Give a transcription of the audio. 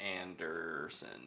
Anderson